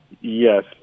Yes